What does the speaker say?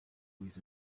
with